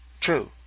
true